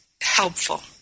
helpful